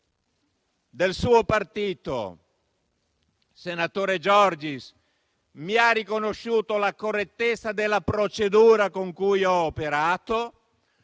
del suo partito, il senatore Giorgis, mi ha riconosciuto la correttezza della procedura con cui ho operato.